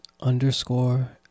underscore